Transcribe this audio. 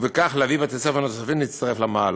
ובכך להביא בתי-ספר נוספים להצטרף למהלך.